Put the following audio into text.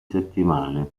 settimane